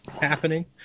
happening